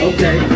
Okay